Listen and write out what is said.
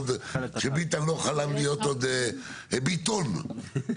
שביטון לא חלם להיות עוד חבר כנסת,